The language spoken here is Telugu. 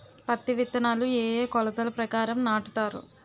పత్తి విత్తనాలు ఏ ఏ కొలతల ప్రకారం నాటుతారు?